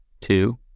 two